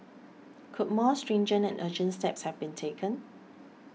could more stringent and urgent steps have been taken